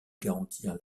garantir